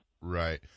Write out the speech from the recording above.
Right